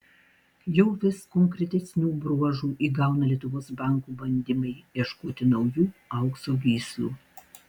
jau vis konkretesnių bruožų įgauna lietuvos bankų bandymai ieškoti naujų aukso gyslų